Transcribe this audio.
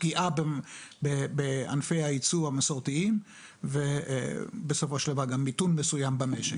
פגיעה בענפי הייצוא המסורתיים ובסופו של דבר גם מיתון מסוים במשק.